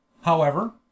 however